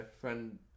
friend